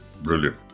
Brilliant